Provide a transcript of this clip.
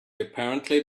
apparently